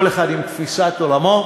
כל אחד עם תפיסת עולמו,